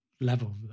level